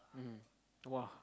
mmhmm !wah!